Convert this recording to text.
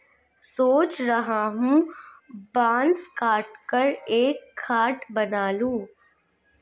सोच रहा हूं बांस काटकर एक खाट बना लूं